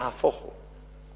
נהפוך הוא.